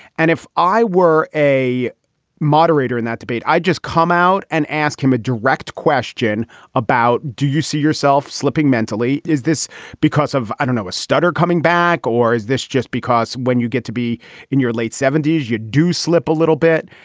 and if i were a moderator in that debate, i'd just come out and ask him a direct question about do you see yourself slipping mentally? is this because of, i don't know, a stutter coming back? or is this just because when you get to be in your late seventy s, you do slip a little bit?